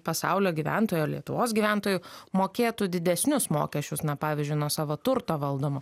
pasaulio gyventojų ar lietuvos gyventojų mokėtų didesnius mokesčius na pavyzdžiui nuo savo turto valdomo